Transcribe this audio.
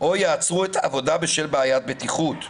או יעצרו את העבודה בשל בעיית בטיחות.